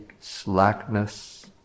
slackness